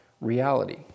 reality